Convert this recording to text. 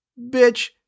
bitch